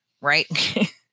right